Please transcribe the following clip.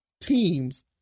teams